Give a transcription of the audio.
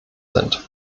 sind